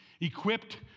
equipped